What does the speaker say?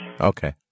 Okay